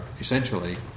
essentially